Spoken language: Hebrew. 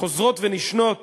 החוזרות ונשנות